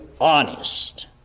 honest